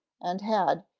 and had,